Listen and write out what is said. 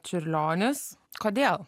čiurlionis kodėl